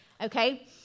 okay